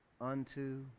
unto